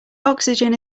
oxygen